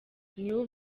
new